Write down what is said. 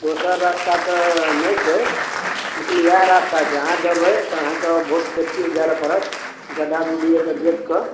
दोसर रास्ता तऽ नहि छै जी इएह रास्ता छै अहाँ जेबै तऽ अहाँके बहुत सेफ्टी से जाइ लए पड़त गड्ढा गुड्ढी एकदम देखके